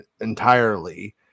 entirely